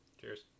Cheers